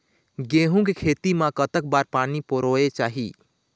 गेहूं के खेती मा कतक बार पानी परोए चाही?